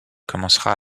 commencera